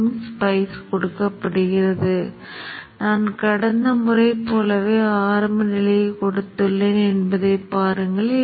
எனவே Vq அதை புதிய சில சுழற்சிகளுக்கு விரிவுபடுத்த முடியும் என்பதை நீங்கள் பார்க்கலாம்